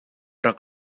rak